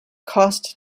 cost